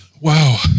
Wow